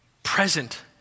Present